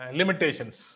limitations